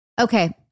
Okay